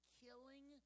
killing